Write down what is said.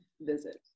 visit